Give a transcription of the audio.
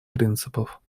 принципов